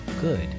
good